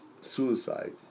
suicide